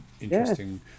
interesting